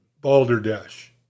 Balderdash